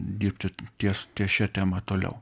dirbti ties šia tema toliau